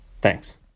Thanks